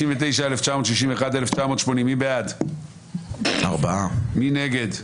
4 בעד, 7 נגד,